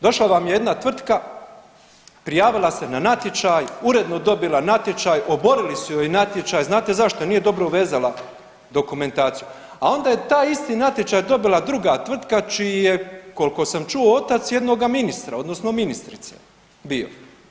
Došla vam je jedna tvrtka, prijavila se na natječaj, uredno dobila natječaj, oborili su joj natječaj, znate zašto, jer nije dobro uvezala dokumentaciju a onda je taj isti natječaj dobila druga tvrtka, čiji je koliko sam čuo, otac jednoga ministra odnosno ministrice bio.